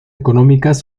económicas